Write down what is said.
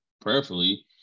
prayerfully